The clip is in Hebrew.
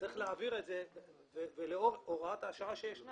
צריך להעביר את זה ולאור הוראת השעה שישנה